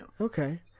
Okay